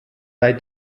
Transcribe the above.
bei